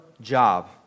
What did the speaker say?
job